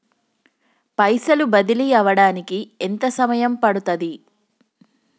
పైసలు బదిలీ అవడానికి ఎంత సమయం పడుతది?